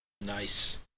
Nice